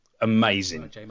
amazing